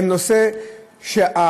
זה נושא שהזמן,